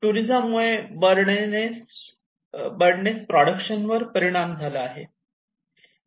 टुरिझममुळे bird nest production वर परिणाम झाला आहे